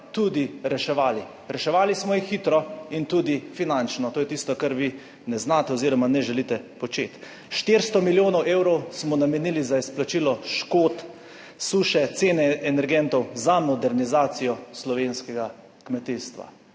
tudi reševali. Reševali smo jih hitro in tudi finančno. To je tisto, kar vi ne znate oziroma ne želite početi. 400 milijonov evrov smo namenili za izplačilo škod, suše, cene energentov, za modernizacijo slovenskega kmetijstva.